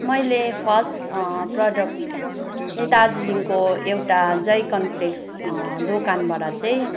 मैले first product चाहिँ दार्जिलिङको एउटा जय कम्प्लेक्स दोकानबाट चाहिँ